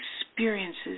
experiences